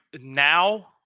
now